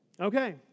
Okay